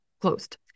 Closed